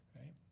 Right